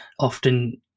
Often